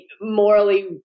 morally